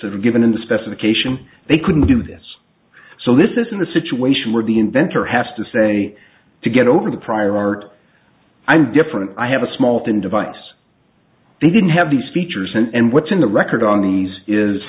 have given in the specification they couldn't do this so this isn't a situation where the inventor has to say to get over the prior art i'm different i have a small thin device they didn't have these features and what's in the record on these is